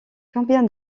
combien